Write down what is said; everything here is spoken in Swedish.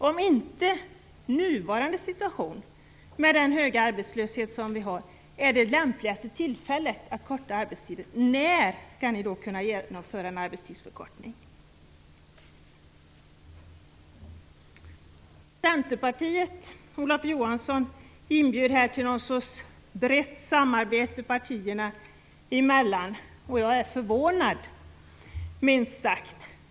Om inte nuvarande situation, med den höga arbetslöshet som vi har, är det lämpligaste tillfället att korta arbetstiden, när skall ni då kunna genomföra en arbetstidsförkortning? Centerpartiet och Olof Johansson inbjuder här till någon sorts brett samarbete partierna emellan, och jag är förvånad, minst sagt.